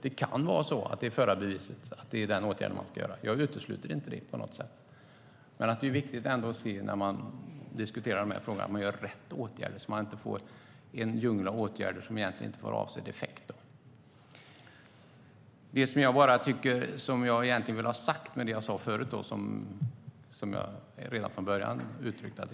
Det kan vara så att det är förarbeviset som är åtgärden som ska vidtas - jag utesluter inte det på något sätt - men det är viktigt att när dessa frågor diskuteras att rätt åtgärder vidtas så att det inte blir en djungel av åtgärder som inte får avsedd effekt. Det som jag vill ha sagt, men som